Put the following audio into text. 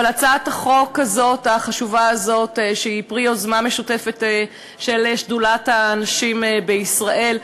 הצעת החוק החשובה הזאת היא פרי יוזמה משותפת של שדולת הנשים בישראל,